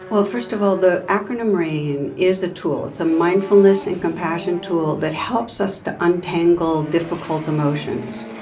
well, first of all, the acronym rain is a tool. it's a mindfulness and compassion tool that helps us to untangle difficult emotions.